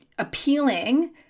appealing